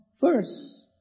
first